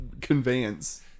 conveyance